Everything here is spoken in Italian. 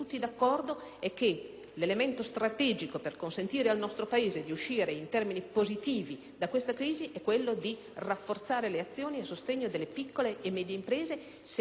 l'elemento strategico per consentire al nostro Paese di uscire in termini positivi da questa crisi è quello di rafforzare le azioni a sostegno delle piccole e medie imprese. Sei milioni